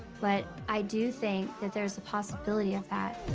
but i do think that there's a possibility of that.